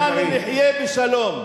וכולנו נחיה בשלום.